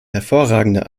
hervorragende